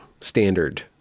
standard